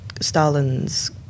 Stalin's